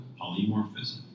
polymorphism